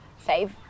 save